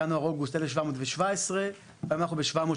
ינואר עד אוגוסט, עלו 1,717, והיום אנחנו ב-768.